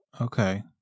Okay